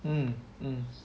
mm mm